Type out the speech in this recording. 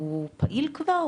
הוא פעיל כבר?